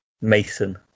Mason